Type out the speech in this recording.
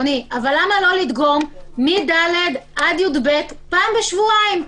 לא לדגום מ-ד' עד י"ב פעם בשבועיים?